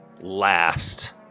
last